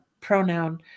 pronoun